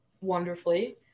wonderfully